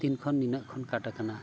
ᱛᱤᱱ ᱠᱷᱚᱱ ᱱᱤᱱᱟᱹᱜ ᱠᱷᱚᱱ ᱠᱟᱴ ᱟᱠᱟᱱᱟ